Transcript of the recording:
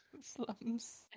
slums